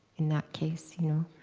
in that case, you know?